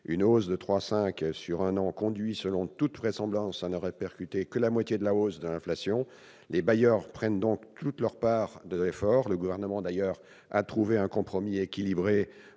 Une hausse de 3,5 % sur un an conduit, selon toute vraisemblance, à ne répercuter que la moitié de la hausse de l'inflation. Les bailleurs prennent donc toute leur part de l'effort. Le Gouvernement a trouvé un compromis équilibré